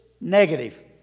negative